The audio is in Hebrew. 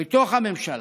בתוך הממשלה,